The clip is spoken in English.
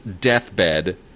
Deathbed